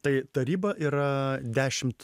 tai taryba yra dešimt